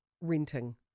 renting